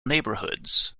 neighborhoods